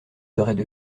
seraient